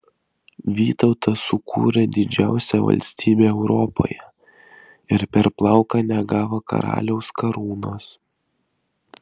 vytautas sukūrė didžiausią valstybę europoje ir per plauką negavo karaliaus karūnos